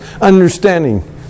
understanding